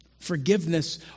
Forgiveness